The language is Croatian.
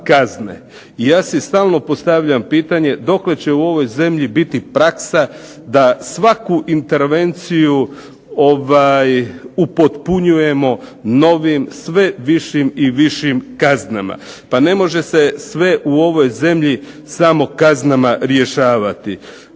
ja si stalno postavljam pitanje dokle će u ovoj zemlji biti praksa da svaku intervenciju upotpunjujemo novim sve višim kaznama. Pa ne može se sve u ovoj zemlji samo kaznama rješavati.